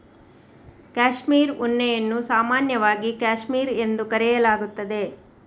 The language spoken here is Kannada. ಕ್ಯಾಶ್ಮೀರ್ ಉಣ್ಣೆಯನ್ನು ಸಾಮಾನ್ಯವಾಗಿ ಕ್ಯಾಶ್ಮೀರ್ ಎಂದು ಕರೆಯಲಾಗುತ್ತದೆ